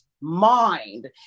mind